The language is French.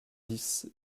dix